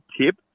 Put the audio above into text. tip